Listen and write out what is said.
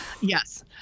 yes